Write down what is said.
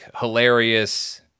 hilarious